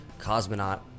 cosmonaut